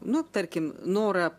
nu tarkim norą